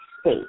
state